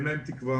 אין להם תקווה,